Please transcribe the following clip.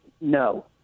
no